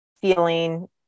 feeling